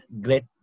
great